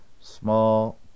small